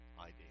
idea